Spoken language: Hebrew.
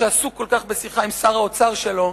שעסוק כל כך בשיחה עם שר האוצר שלו,